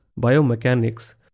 biomechanics